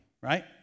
right